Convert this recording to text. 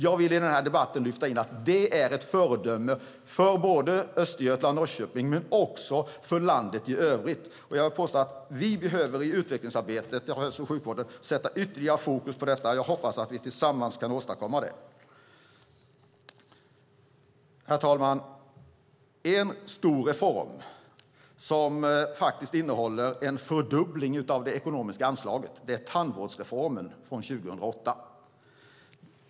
Jag vill i debatten lyfta in att detta är ett föredöme för Östergötland och Norrköping men också för landet i övrigt. Jag vill påstå att vi i utvecklingsarbetet för hälso och sjukvården behöver sätta ytterligare fokus på detta. Jag hoppas att vi tillsammans kan åstadkomma det. Herr talman! En stor reform som innehåller en fördubbling av det ekonomiska anslaget är tandvårdsreformen från 2008.